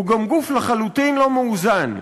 הוא גם גוף לא מאוזן לחלוטין.